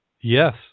Yes